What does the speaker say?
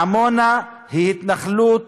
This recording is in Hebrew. עמונה היא התנחלות